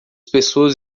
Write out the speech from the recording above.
pessoas